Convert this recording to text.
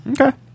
Okay